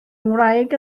ngwraig